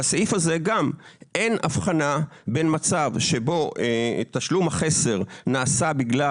גם בסעיף הזה אין הבחנה בין מצב שבו תשלום החסר נעשה בגלל,